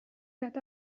got